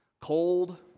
cold